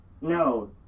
no